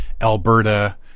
Alberta